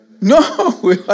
No